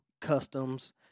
customs